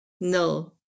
No